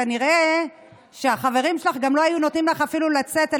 כנראה שהחברים שלך גם לא היו נותנים לך אפילו לצאת,